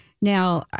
now